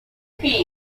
there